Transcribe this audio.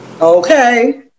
okay